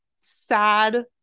sad-